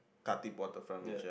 Khatib waterfront which